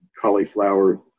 cauliflower